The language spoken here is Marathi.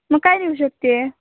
मग काय देऊ शकते